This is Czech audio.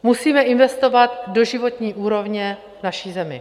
Musíme investovat do životní úrovně naší země.